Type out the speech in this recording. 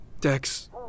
Dex